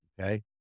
Okay